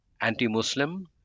anti-muslim